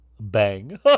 bang